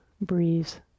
breeze